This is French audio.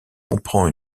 comprend